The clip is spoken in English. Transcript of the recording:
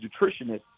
nutritionist